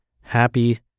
Happy